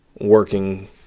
working